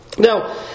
Now